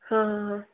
हाँ हाँ हाँ